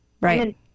right